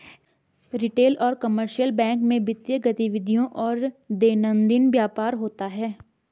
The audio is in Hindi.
रिटेल और कमर्शियल बैंक में वित्तीय गतिविधियों और दैनंदिन व्यापार होता है